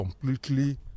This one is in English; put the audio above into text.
completely